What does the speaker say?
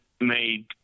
made